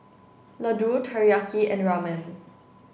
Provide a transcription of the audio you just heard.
Ladoo Teriyaki and Ramen